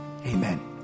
Amen